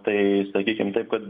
tai sakykim taip kad